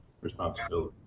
responsibility